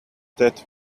that